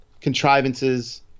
contrivances